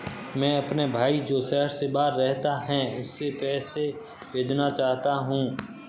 मैं अपने भाई जो शहर से बाहर रहता है, उसे पैसे भेजना चाहता हूँ